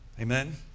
Amen